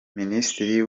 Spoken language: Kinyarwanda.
minisitiri